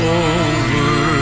over